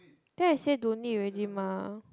then I say don't need already mah